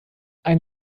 ein